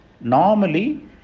Normally